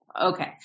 Okay